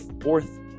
fourth